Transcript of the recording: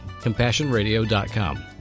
CompassionRadio.com